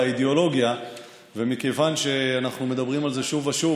האידיאולוגיה ומכיוון שאנחנו מדברים על זה שוב ושוב,